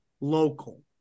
local